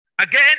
Again